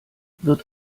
wird